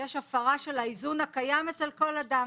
יש הפרה של האיזון הקיים אצל כל אדם,